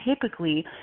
typically